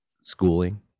schooling